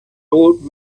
old